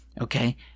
Okay